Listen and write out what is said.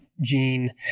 gene